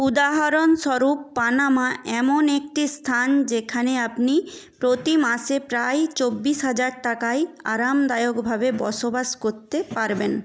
উদাহরণস্বরূপ পানামা এমন একটি স্থান যেখানে আপনি প্রতি মাসে প্রায় চব্বিশ হাজার টাকায় আরামদায়কভাবে বসবাস করতে পারবেন